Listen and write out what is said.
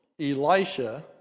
Elisha